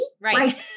right